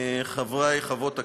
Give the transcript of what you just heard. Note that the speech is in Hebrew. חברי וחברות הכנסת,